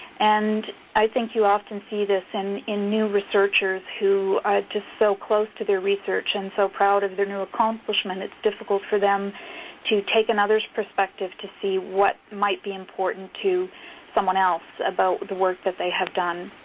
and i think you often see this and in new researchers who are just so close to their research and so proud of their new accomplishment, it's difficult for them to take another perspective to see what might be important to someone else about the work that they have done.